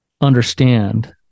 understand